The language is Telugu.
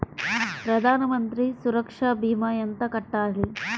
ప్రధాన మంత్రి సురక్ష భీమా ఎంత కట్టాలి?